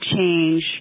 change